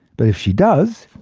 but if she does,